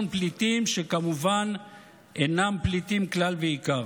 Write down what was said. פליטים שכמובן אינם פליטים כלל ועיקר.